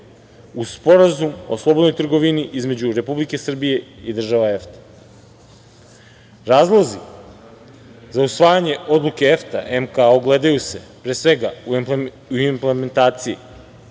uz Sporazum o slobodnoj trgovini između Republike Srbije i država EFTA.Razlozi za usvajanje Odluke EFTA MK ogledaju se, pre svega u implementaciji